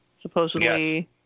supposedly